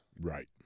Right